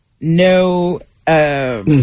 No